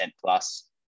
plus